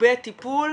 מעובה טיפול,